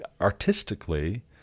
artistically